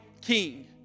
king